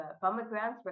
pomegranates